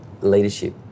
Leadership